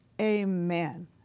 Amen